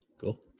Cool